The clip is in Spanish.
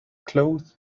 cloud